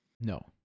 No